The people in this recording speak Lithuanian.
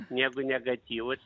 negu negatyvus